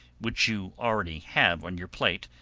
which you already have on your plate,